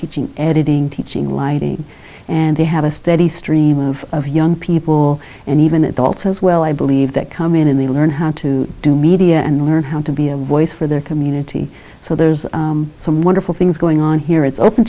teaching editing teaching lighting and they have a steady stream of young people and even adults as well i believe that come in and they learn how to do media and learn how to be a voice for their community so there's some wonderful things going on here it's open